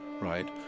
right